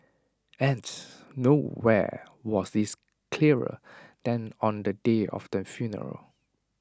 and nowhere was this clearer than on the day of the funeral